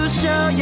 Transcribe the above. show